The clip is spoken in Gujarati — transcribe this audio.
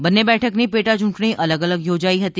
બંને બેઠકની પેટા ચૂંટણી અલગ અલગ યોજાઈ હતી